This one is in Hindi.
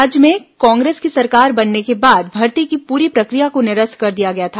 राज्य में कांग्रेस की सरकार बनने के बाद भर्ती की पूरी प्रक्रिया को निरस्त कर दिया गया था